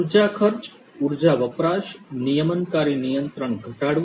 ઉર્જા ખર્ચ ઉર્જા વપરાશ નિયમનકારી નિયંત્રણ ઘટાડવું